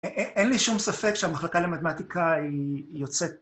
אין אין לי שום ספק שהמחלקה למתמטיקה היא יוצאת